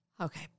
Okay